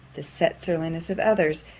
the set surliness of others,